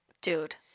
dude